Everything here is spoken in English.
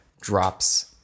drops